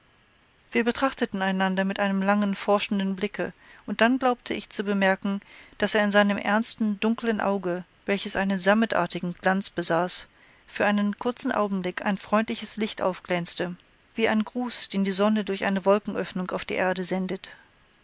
wir betrachteten einander mit einem langen forschenden blicke und dann glaubte ich zu bemerken daß in seinem ernsten dunklen auge welches einen sammetartigen glanz besaß für einen kurzen augenblick ein freundliches licht aufglänzte wie ein gruß den die sonne durch eine wolkenöffnung auf die erde sendet